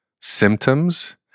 symptoms